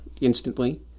instantly